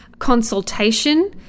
consultation